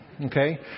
Okay